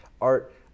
Art